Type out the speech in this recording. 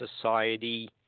society